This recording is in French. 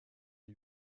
est